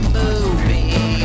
movie